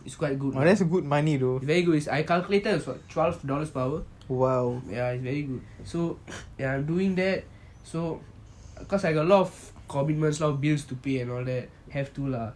it's quite good very good I calculated also is about twelve dollars per hour ya it's very good so ya I'm doing that so cause I got a lot of commitments of bills to pay and all that have to lah